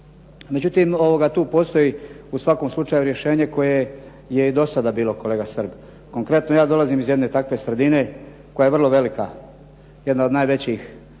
Međutim, tu postoji u svakom slučaju rješenje koje je i do sada bilo, kolega Srb. Konkretno, ja dolazim iz jedne takve sredine koja je vrlo velika, jedna od najvećih,